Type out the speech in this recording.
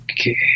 Okay